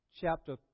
chapter